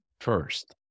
first